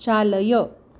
चालय